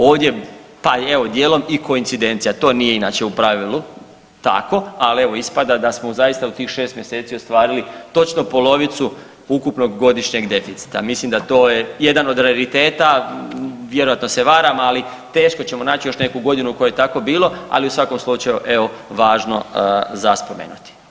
Ovdje pa dijelom i koincidencija to nije inače u pravilu tako, ali ispada samo zaista u tih šest mjeseci ostvarili točnu polovicu ukupnog godišnjeg deficita, mislim da to je jedan od rariteta vjerojatno se varam, ali teško ćemo naći još neku godinu u kojoj je tako bilo, ali u svakom slučaju evo važno za spomenuti.